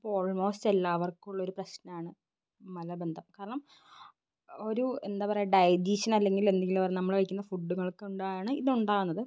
ഇപ്പോള് ഓൾമോസ്റ്റ് എല്ലാവർക്കുമുള്ളൊരു പ്രശ്നാണ് മലബന്ധം കാരണം ഒരു എന്താണ് പറയുക ഡയജീഷ്യന് അല്ലെങ്കിൽ എന്തെങ്കിലും നമ്മള് കഴിക്കുന്ന ഫുഡുകൾ കൊണ്ടാണ് ഇതുണ്ടാകുന്നത്